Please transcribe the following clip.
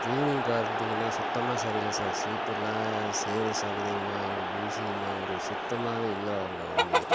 cleaning பார்த்தீங்கன்னா சுத்தமாக சரி இல்லை சார் சீட்டுல சேறும் சகதியுமாக ஒரு தூசியுமாக ஒரு சுத்தமாகவே இல்லை உங்கள் வண்டி